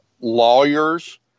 lawyers